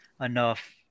enough